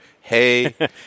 hey